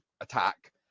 attack